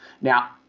Now